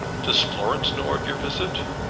does florence know of your visit?